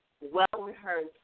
well-rehearsed